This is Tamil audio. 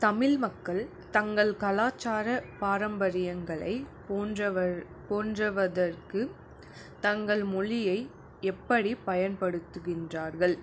தமிழ் மக்கள் தங்கள் கலாச்சார பாரம்பரியங்களை போன்றவர் போன்றுவதற்கு தங்கள் மொழியை எப்படி பயன்படுத்துகின்றார்கள்